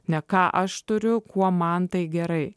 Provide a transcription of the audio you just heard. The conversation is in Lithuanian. ne ką aš turiu kuo man tai gerai